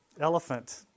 elephant